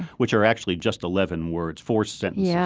which are actually just eleven words, four sentences yeah